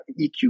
EQ